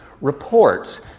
reports